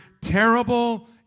terrible